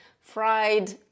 fried